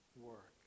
work